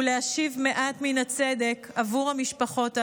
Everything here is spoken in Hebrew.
ולהשיב מעט מן הצדק עבור המשפחות הללו.